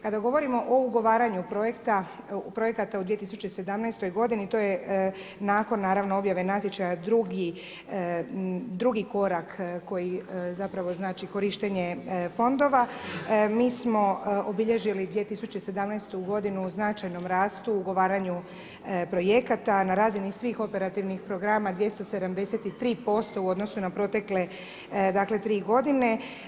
Kada govorimo o ugovaranju projekata u 2017. godini to je nakon naravno objave natječaja drugi korak koji zapravo znači korištenje fondova, mi smo obilježili 2017. godinu značajnom rastu ugovaranju projekata na razini svih operativnih programa 273% u odnosu na protekle dakle 3 godine.